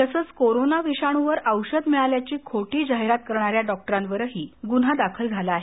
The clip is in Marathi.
तसंच कोरोना विषाणूवर औषध मिळाल्याची खोटी जाहिरात करणाऱ्या डॉक्टरवरही गुन्हा दाखल करण्यात आला आहे